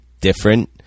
different